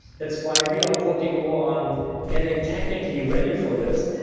that's why we are working more on getting technically ready for this,